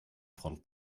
front